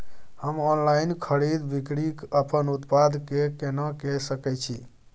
हम ऑनलाइन खरीद बिक्री अपन उत्पाद के केना के सकै छी?